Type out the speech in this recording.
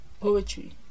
Poetry